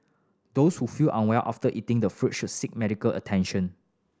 those who feel unwell after eating the fruits should seek medical attention